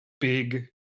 big